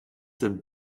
den